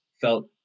felt